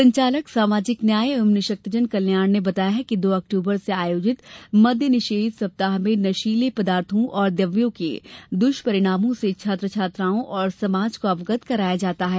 संचालक सामाजिक न्याय एवं निशक्तजन कल्याण ने बताया कि दो अक्टूबर से आयोजित मद्य निषेध सप्ताह में नशीले पदार्थो और द्रव्यों के दृष्परिणामों से छात्र छात्राओं एवं समाज को अवगत कराया जाता है